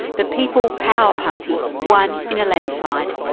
the people power party, won in a landslide.